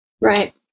Right